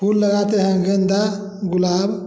फूल लगाते हैं गेंदा गुलाब